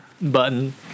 button